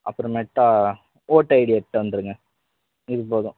அப்புறோம் நட்டா ஓட்டைடி எடுத்துகிட்டு வந்து இருங்க இது போதும்